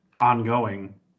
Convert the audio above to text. ongoing